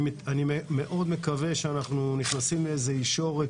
אני מקווה מאוד שאנחנו נכנסים לאיזושהי ישורת